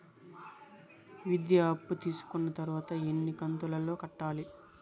విద్య అప్పు తీసుకున్న తర్వాత ఎన్ని కంతుల లో కట్టాలి?